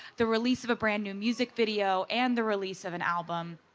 the release of a brand-new music video and the release of an album.